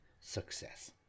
success